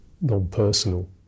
non-personal